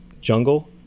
Jungle